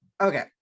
Okay